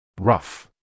Rough